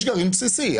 יש גרעין בסיסי.